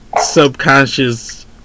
subconscious